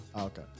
Okay